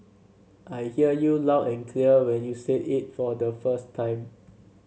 I hear you loud and clear when you said it for the first time